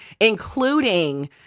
including